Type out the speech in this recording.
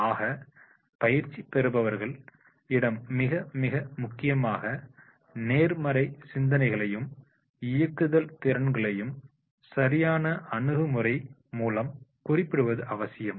ஆக பயிற்சி பெறுபவர்கள் இடம் மிக மிக முக்கியமாக நேர்மறை சிந்தனைகளையும் இயக்குதல் திறன்களையும் சரியான அணுகுமுறை மூலம் குறிப்பிடுவது அவசியம்